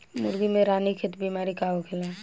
मुर्गी में रानीखेत बिमारी का होखेला?